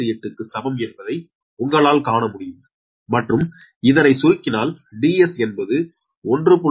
7788 க்கு சமம் என்பதை உங்களால் காண முடியும் மற்றும் இதனை சுருக்கினால் DS என்பது 1